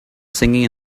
singing